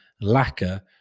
lacquer